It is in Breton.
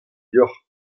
deocʼh